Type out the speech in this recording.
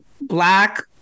black